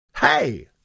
Hey